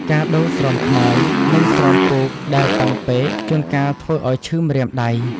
ការដូរស្រោមខ្នើយ និងស្រោមពូកដែលតឹងពេក ជួនកាលធ្វើឱ្យឈឺម្រាមដៃ។